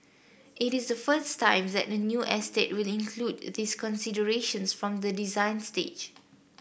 it is the first time that the new estate will include these considerations from the design stage